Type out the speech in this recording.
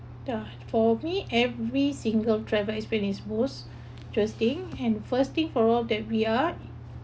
yeah for me every single driver has been is boost interesting and first thing for all that we are